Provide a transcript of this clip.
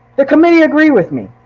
the committee agree with me.